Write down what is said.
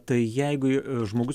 tai jeigu žmogus